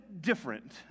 different